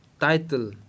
title